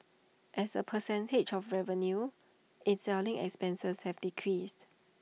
as A percentage of revenue its selling expenses have decreased